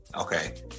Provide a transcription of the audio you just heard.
Okay